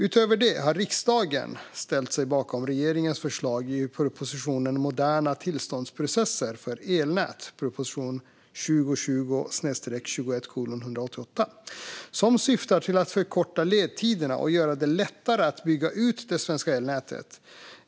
Utöver det har riksdagen ställt sig bakom regeringens förslag i propositionen Moderna tillståndsprocesser för elnät som syftar till att förkorta ledtiderna och göra det lättare att bygga ut det svenska elnätet.